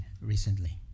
recently